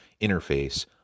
interface